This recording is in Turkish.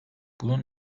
bunun